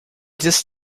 this